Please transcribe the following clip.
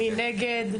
מי נגד?